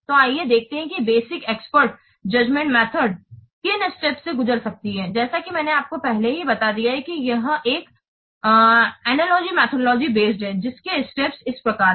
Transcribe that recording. तो आइए देखते हैं कि basic expert judgement method basic expert judgement method किन स्टेप्ससे गुजर सकती है जैसा कि मैंने पहले ही आपको बता दिया है यह एक अनलॉजी मेथडोलॉजी बेस्ड है जिसके स्टेप्स इस प्रकार हैं